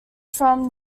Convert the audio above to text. from